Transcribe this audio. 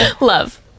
Love